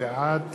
בעד